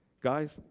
Guys